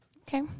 Okay